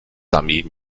dummy